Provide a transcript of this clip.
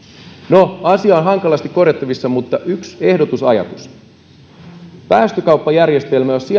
no asia on hankalasti korjattavissa mutta yksi ehdotusajatus jos päästökauppajärjestelmästä